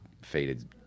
faded